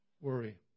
worry